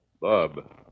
Bob